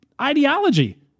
ideology